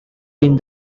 been